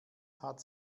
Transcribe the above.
hat